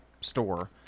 store